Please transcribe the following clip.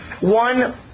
one